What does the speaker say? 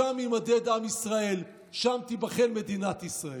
שם יימדד עם ישראל, שם תיבחן מדינת ישראל.